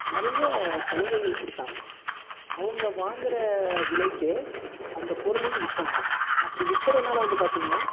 நிறைய சலுகைகள் கொடுத்தாங்க அவங்க வாங்குற விலைக்கே அந்த பொருளையும் விற்றாங்க அப்படி விற்கிறனால வந்து பார்த்திங்கனா